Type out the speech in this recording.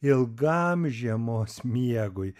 ilgam žiemos miegui